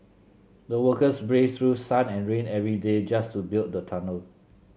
the workers braved through sun and rain every day just to build the tunnel